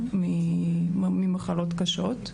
נפטרו ממחלות קשות.